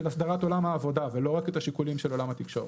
אסדרת עולם העבודה ולא רק את השיקולים של עולם התקשורת.